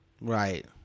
right